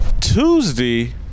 Tuesday